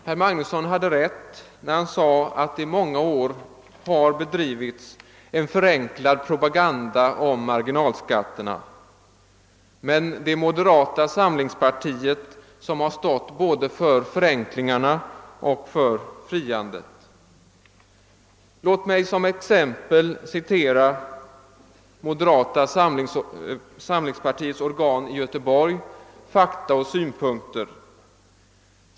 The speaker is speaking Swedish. Herr Magnusson hade rätt när han sade att det i många år har bedrivits en förenklad propaganda om marginalskatterna, men det är moderata samlingspartiet som har stått för både förenklingarna och friandet. Låt mig som exempel citera moderata samlingspartiets organ i Göteborg Fakta och synpunkter.